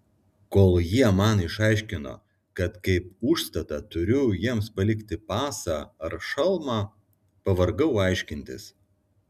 kol jie man išaiškino kad kaip užstatą turiu jiems palikti pasą ar šalmą pavargau aiškintis